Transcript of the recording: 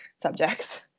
subjects